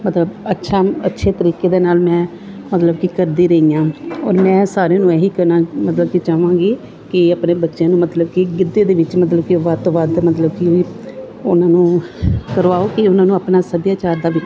ਮਤਲਬ ਅੱਛਾ ਅੱਛੇ ਤਰੀਕੇ ਦੇ ਨਾਲ ਮੈਂ ਮਤਲਬ ਕਿ ਕਰਦੀ ਰਹੀ ਹਾਂ ਔਰ ਮੈਂ ਸਾਰਿਆਂ ਨੂੰ ਇਹੀ ਕਹਿਣਾ ਮਤਲਬ ਕਿ ਚਾਹਾਂਗੀ ਕਿ ਆਪਣੇ ਬੱਚਿਆਂ ਨੂੰ ਮਤਲਬ ਕਿ ਗਿੱਧੇ ਦੇ ਵਿੱਚ ਮਤਲਬ ਕਿ ਵੱਧ ਤੋਂ ਵੱਧ ਮਤਲਬ ਕਿ ਉਹਨਾਂ ਨੂੰ ਕਰਵਾਓ ਅਤੇ ਉਹਨਾਂ ਨੂੰ ਆਪਣਾ ਸੱਭਿਆਚਾਰ ਦਾ ਵੀ